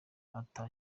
ata